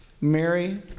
Mary